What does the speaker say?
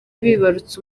bibarutse